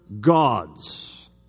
gods